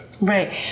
Right